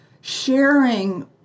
sharing